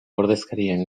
ordezkarien